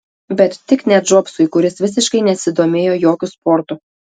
bet tik ne džobsui kuris visiškai nesidomėjo jokiu sportu